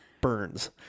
burns